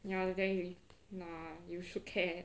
ya nah you should care